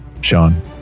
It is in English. Sean